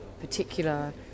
particular